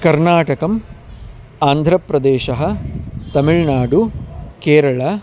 कर्नाटकम् आन्ध्रप्रदेशः तमिळ्नाडु केरळा